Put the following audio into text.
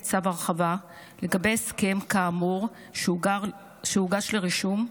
צו הרחבה לגבי הסכם כאמור שהוגש לרישום,